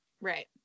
right